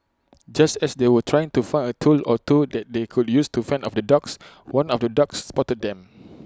just as they were trying to find A tool or two that they could use to fend off the dogs one of the dogs spotted them